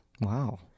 Wow